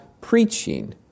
preaching